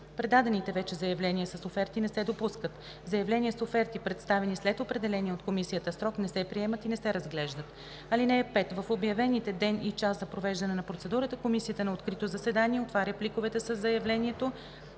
предадените вече заявления с оферти не се допускат. Заявления с оферти, представени след определения от комисията срок, не се приемат и не се разглеждат. (5) В обявените ден и час за провеждане на процедурата комисията на открито заседание отваря пликовете със заявлението